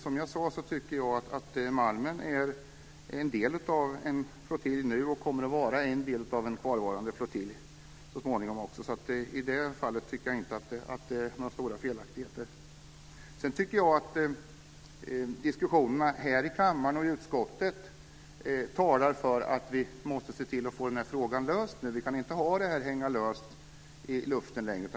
Som jag sade är Malmen nu en del av en flottilj, och den kommer senare att vara en del av en kvarvarande flottilj. I det fallet tycker jag inte att det finns några stora felaktigheter. Diskussionerna i kammaren och i utskottet talar för att vi måste se till att få frågan löst. Vi kan inte ha det hängande i luften.